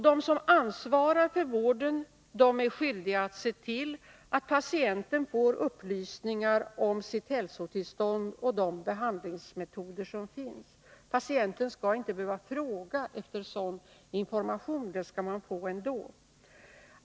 De som ansvarar för vården är skyldiga att se till att patienten får upplysningar om hälsotillstånd och de behandlingsmetoder som finns. Patienten skall inte behöva fråga efter sådan information — den skall man få ändå.